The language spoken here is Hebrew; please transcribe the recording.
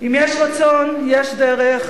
אם יש רצון, יש דרך.